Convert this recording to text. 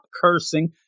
cursing